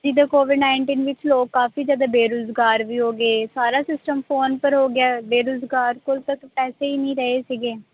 ਜਿੱਦਾਂ covid nineteen ਵਿੱਚ ਲੋਕ ਕਾਫੀ ਜ਼ਿਆਦਾ ਬੇਰੁਜ਼ਗਾਰ ਵੀ ਹੋ ਗਏ ਸਾਰਾ ਸਿਸਟਮ ਫੋਨ ਪਰ ਹੋ ਗਿਆ ਬੇਰੁਜ਼ਗਾਰ ਕੋਲ ਤੱਕ ਪੈਸੇ ਹੀ ਨਹੀਂ ਰਹੇ ਸੀਗੇ